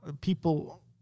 people